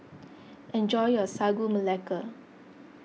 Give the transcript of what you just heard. enjoy your Sagu Melaka